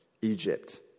Egypt